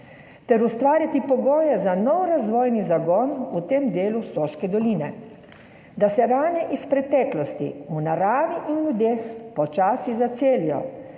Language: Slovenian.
ustvarjati pogoje za nov razvojni zagon v tem delu Soške doline, da se rane iz preteklosti v naravi in ljudeh počasi zacelijo,